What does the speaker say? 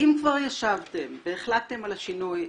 אם כבר ישבתם והחלטתם על השינוי,